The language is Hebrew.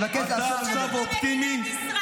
אני מבקש, אין לתאר, שר במדינת ישראל,